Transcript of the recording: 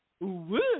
Woo